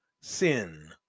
sin